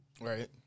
Right